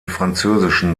französischen